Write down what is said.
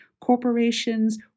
corporations